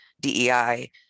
DEI